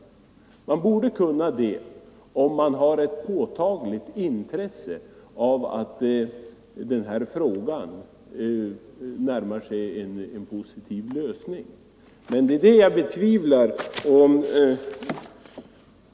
Regeringen borde kunna göra det, om den har ett påtagligt intresse av att denna fråga närmar sig en positiv lösning. Men det är det jag betvivlar.